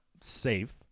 safe